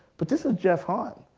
but this is jeff hahn.